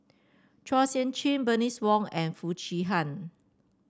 Chua Sian Chin Bernice Wong and Foo Chee Han